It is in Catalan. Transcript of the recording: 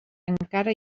encara